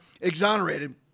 exonerated